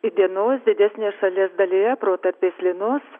įdienojus didesnėje šalies dalyje protarpiais lynos